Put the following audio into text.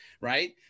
right